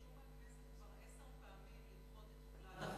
משום שכבר עשר פעמים הכנסת ביקשה לדחות את תחילת החוק.